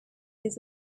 this